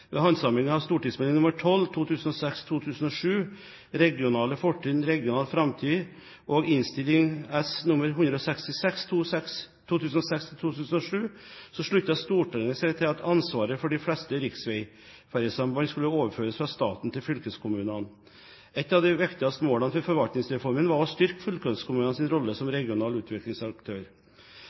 av St.meld. nr. 12 for 2006–2007, Regionale fortrinn – regional framtid, og Innst. S. nr. 166 for 2006–2007, sluttet Stortinget seg til at ansvaret for de fleste riksvegfergesamband skulle overføres fra staten til fylkeskommunene. Et av de viktigste målene for Forvaltningsreformen var å styrke fylkeskommunenes rolle som regional utviklingsaktør.